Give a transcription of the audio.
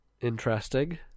Interesting